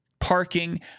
Parking